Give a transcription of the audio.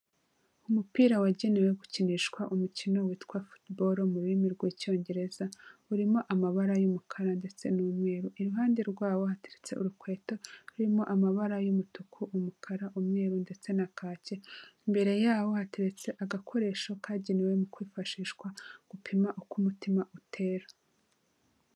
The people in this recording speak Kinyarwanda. Umupira wagenewe gukinishwa umukino witwa football mu rurimi rw'Icyongereza, urimo amabara y'umukara ndetse n'umweru, iruhande rwawo hateretse urukweto rurimo amabara y'umutuku, umukara, umweru ndetse na kake, imbere yawo hateretse agakoresho kagenewe mu kwifashishwa gupima uko umutima utera.